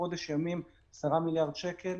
בחודש ימים 10 מיליארד שקל,